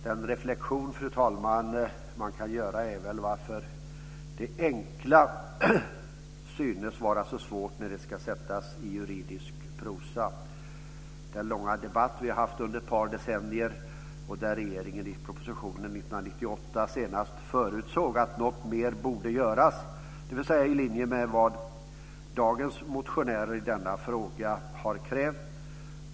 Man kan väl göra en reflexion, fru talman, över varför det enkla synes vara så svårt när det ska sättas i juridisk prosa. Vi har haft en lång debatt under ett par decennier, och regeringen förutsåg senast i propositionen 1998 att något mer borde göras, dvs. i linje med vad dagens motionärer i denna fråga har krävt.